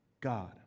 God